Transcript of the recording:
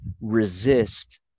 resist